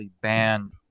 banned